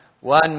One